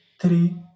three